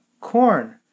corn